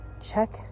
check